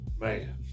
man